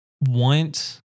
want